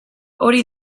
hori